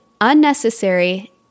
unnecessary